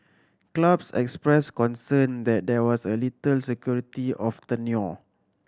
clubs expressed concern that there was little security of tenure